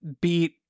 beat